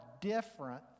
different